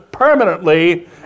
permanently